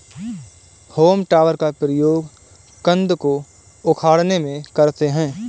home टॉपर का प्रयोग कन्द को उखाड़ने में करते हैं